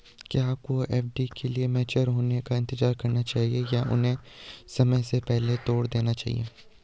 क्या आपको एफ.डी के मैच्योर होने का इंतज़ार करना चाहिए या उन्हें समय से पहले तोड़ देना चाहिए?